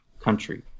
country